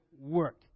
work